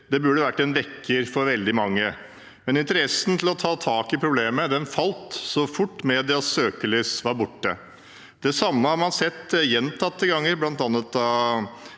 burde vært en vekker for veldig mange, men interessen for å ta tak i problemet falt så fort medias søkelys var borte. Det samme har man sett gjentatte ganger, bl.a. da